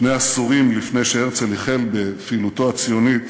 שני עשורים לפני שהרצל החל בפעילותו הציונית,